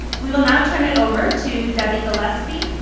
we will now turn it over to debbie gillespie,